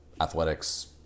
athletics